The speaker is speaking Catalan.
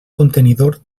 contenidor